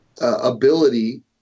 ability –